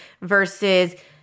versus